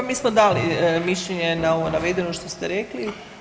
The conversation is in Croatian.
Pa mi smo dali mišljenje na ovo navedeno što ste rekli.